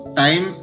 time